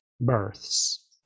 births